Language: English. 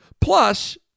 Plus